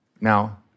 Now